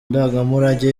ndangamurage